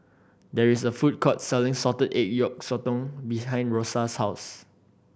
there is a food court selling salted egg yolk sotong behind Rosa's house